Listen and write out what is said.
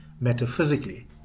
metaphysically